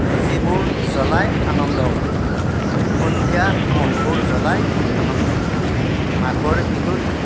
মেজিবোৰ জ্বলাই আনন্দ কৰে সন্ধিয়া মঠবোৰ জ্বলাই আনন্দ কৰে মাঘৰ বিহুত